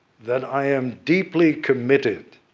that i am deeply committed